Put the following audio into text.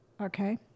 Okay